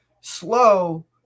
slow